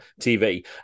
TV